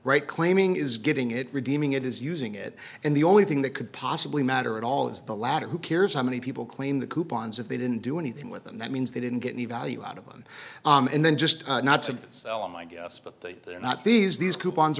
right claiming is getting it redeeming it is using it and the only thing that could possibly matter at all is the latter who cares how many people claim the coupons if they didn't do anything with them that means they didn't get any value out of them and then just not to sell it my guess but they are not these these coupons